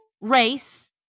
race